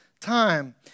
time